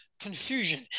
Confusion